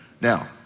Now